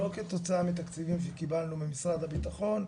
לא כתוצאה מתקציבים שקיבלנו ממשרד הבטחון,